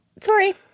sorry